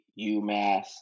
UMass